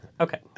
Okay